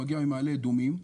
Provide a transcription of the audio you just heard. כשאני מגיע ממעלה אדומים,